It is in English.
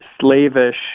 slavish